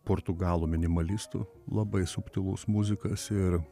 portugalų minimalistų labai subtilus muzikas ir